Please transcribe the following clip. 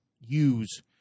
use –